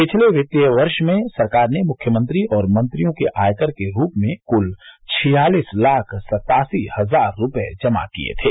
पिछले वित्तीय वर्ष में सरकार ने मुख्यमंत्री और मंत्रियों के आयकर के रूप में कुल छियालीस लाख सत्तासी हजार रूपये जमा किये थे